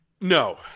No